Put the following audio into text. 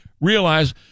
realize